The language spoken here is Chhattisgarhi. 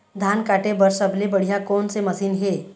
धान काटे बर सबले बढ़िया कोन से मशीन हे?